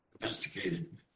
domesticated